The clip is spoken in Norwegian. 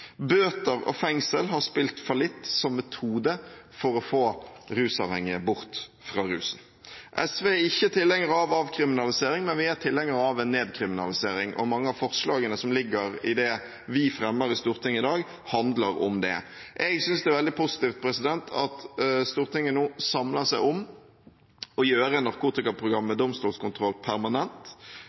Bøter og fengsel har spilt fallitt som metode for å få rusavhengige bort fra rusen. SV er ikke tilhengere av avkriminalisering, men vi er tilhengere av en nedkriminalisering, og mange av forslagene som vi fremmer i Stortinget i dag, handler om det. Jeg synes det er veldig positivt at Stortinget nå samler seg om å gjøre narkotikaprogrammet med domstolskontroll permanent.